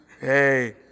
Hey